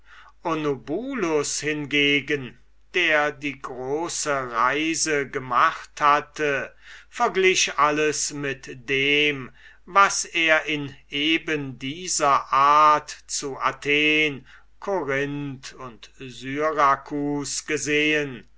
onobulus hingegen der die große reise gemacht hatte verglich alles mit dem was er in eben dieser art zu athen korinth und syrakus gesehen